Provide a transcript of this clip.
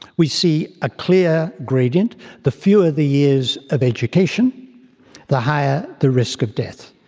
we see a clear gradient the fewer the years of education the higher the risk of death.